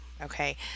okay